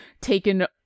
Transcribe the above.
taken